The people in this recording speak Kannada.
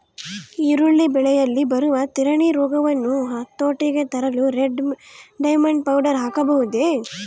ಈರುಳ್ಳಿ ಬೆಳೆಯಲ್ಲಿ ಬರುವ ತಿರಣಿ ರೋಗವನ್ನು ಹತೋಟಿಗೆ ತರಲು ರೆಡ್ ಡೈಮಂಡ್ ಪೌಡರ್ ಹಾಕಬಹುದೇ?